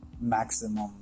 maximum